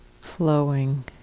flowing